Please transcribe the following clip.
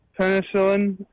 Penicillin